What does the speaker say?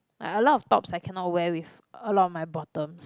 like a lot of tops I cannot wear with a lot of my bottoms